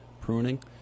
pruning